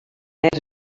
nervis